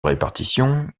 répartition